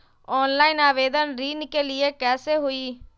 Online आवेदन ऋन के लिए कैसे हुई?